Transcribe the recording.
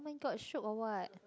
oh-my-god shiok or what